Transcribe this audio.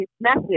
message